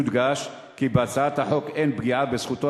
יודגש כי בהצעת החוק אין פגיעה בזכותו